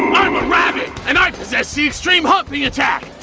i'm a rabbit, and i possess the extreme humping attack!